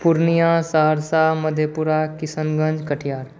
Purnia Saharsa Madhepura Kishanganj Katihar